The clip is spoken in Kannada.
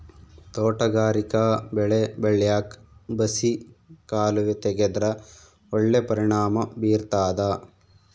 ತೋಟಗಾರಿಕಾ ಬೆಳೆ ಬೆಳ್ಯಾಕ್ ಬಸಿ ಕಾಲುವೆ ತೆಗೆದ್ರ ಒಳ್ಳೆ ಪರಿಣಾಮ ಬೀರ್ತಾದ